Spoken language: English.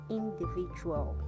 individual